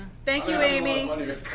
thank you, amy.